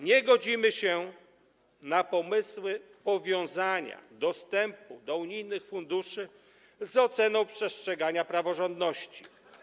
Nie godzimy się na pomysły powiązania dostępu do unijnych funduszy z oceną przestrzegania praworządności.